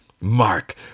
Mark